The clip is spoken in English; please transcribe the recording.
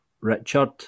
Richard